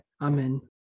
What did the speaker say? Amen